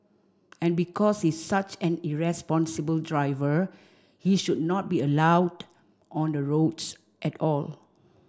and because he's such an irresponsible driver he should not be allowed on the roads at all